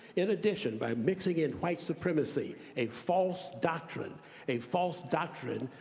in addition, by mixing in white supremacy, a false doctrine, a false doctrine,